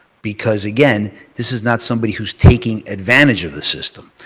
because again, this is not somebody who is taking advantage of the system.